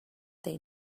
they